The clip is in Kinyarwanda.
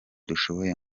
dushoboye